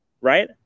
right